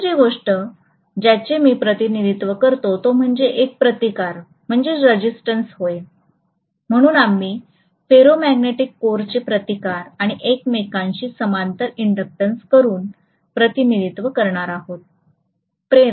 दुसरे गोष्ट ज्याचे मी प्रतिनिधित्व करतो ते म्हणजे एक प्रतिकार होय म्हणून आम्ही फेरोमॅग्नेटिक कोरचे प्रतिकार आणि एकमेकांशी समांतर इंडक्टंन्स करून प्रतिनिधित्व करणार आहोत